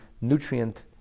nutrient